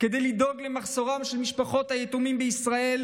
כדי לדאוג למחסורן של משפחות היתומים בישראל,